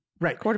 Right